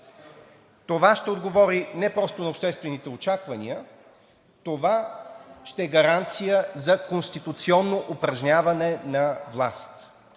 Това ще отговори не просто на обществените очаквания, това ще е гаранция за конституционно упражняване на власт.